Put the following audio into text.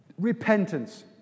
repentance